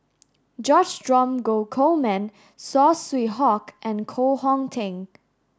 George Dromgold Coleman Saw Swee Hock and Koh Hong Teng